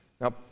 Now